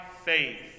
faith